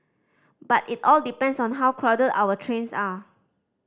but it all depends on how crowded our trains are